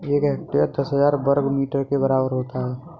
एक हेक्टेयर दस हजार वर्ग मीटर के बराबर होता है